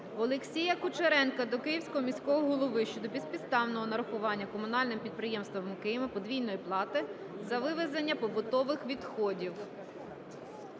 Олексія Кучеренка до Київського міського голови щодо безпідставного нарахування комунальними підприємствами Києва подвійної плати за вивезення побутових відходів.